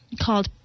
called